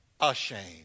ashamed